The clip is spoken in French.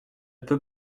peut